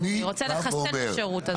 הוא רוצה לחסל את השירות הזה.